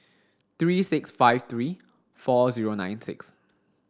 three six five three four zero nine six